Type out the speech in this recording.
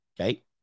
Okay